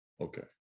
Okay